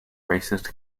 racist